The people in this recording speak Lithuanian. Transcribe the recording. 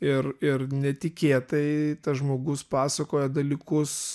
ir ir netikėtai tas žmogus pasakoja dalykus